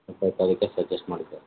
ಅದಕ್ಕೆ ಸಜೆಸ್ಟ್ ಮಾಡಿದ್ದೆ